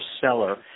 seller